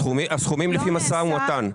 הסכומים לפי משא ומתן.